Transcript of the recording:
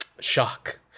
Shock